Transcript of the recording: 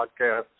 podcasts